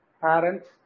parents